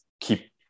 keep